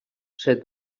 said